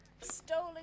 stolen